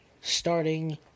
starting